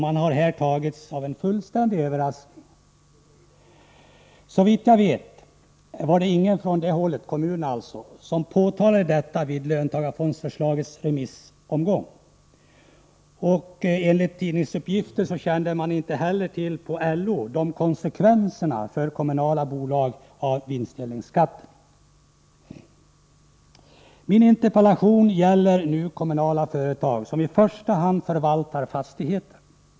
Man har här fullständigt överraskats. Såvitt jag vet var det ingen från kommunernas sida som påtalade detta i samband med att löntagarfondsförslaget remissbehandlades. Enligt tidningsuppgifter kände man inte heller på LO till konsekvenserna av vinstdelningsskatten när det gäller de kommunala bolagen. Min interpellation gäller de kommunala företag som i första hand förvaltar fastigheter.